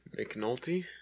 McNulty